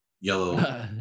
Yellow